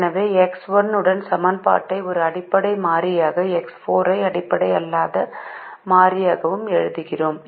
எனவே X1 உடன் சமன்பாட்டை ஒரு அடிப்படை மாறியாகவும் X 4 ஐ அடிப்படை அல்லாத மாறியாகவும் எழுதுகிறோம்